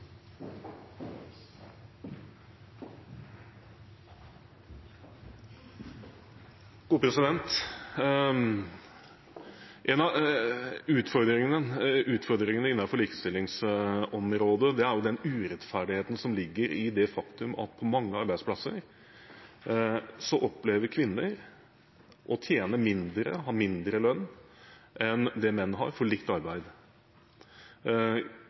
En av utfordringene innenfor likestillingsområdet er den urettferdigheten som ligger i det faktum at på mange arbeidsplasser opplever kvinner å tjene mindre – ha mindre lønn – enn menn for likt arbeid.